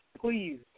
Please